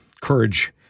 courage